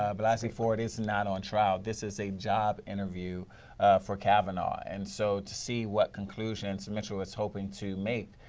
ah but ford is not on trial. this is a job interview for kavanaugh. and so to see what conclusions mitchell is hoping to make